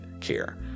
care